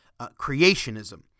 creationism